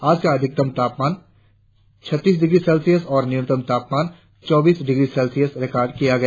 आज का अधिकतम तापमान छत्तीस डिग्री सेल्सियस और न्यूनतम तापमान चौबीस दशमलव तीन डिग्री सेल्सियस रिकार्ड किया गया